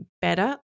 better